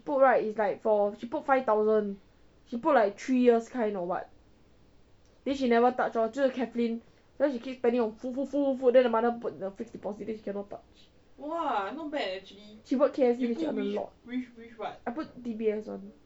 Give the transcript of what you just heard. put right is like for she put five thousand she put like three years kind or what then she never touch lor 就是 kathlyn cause she keep spending on food food food food food then the mother put the fixed deposit then she canno touch !wah! not bad she worked K_F_C she earn a lot I put D_B_S [one]